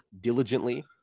diligently